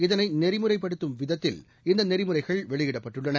இதனை நெறிமுறைப்படுத்தும் விதத்தில் இந்த நெறிமுறைகள் வெளியிடப்பட்டுள்ளன